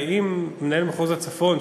ואם מנהל מחוז הצפון,